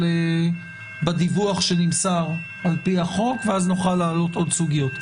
אבל בדיווח שנמסר על פי החוק ואז נוכל להעלות עוד סוגיות.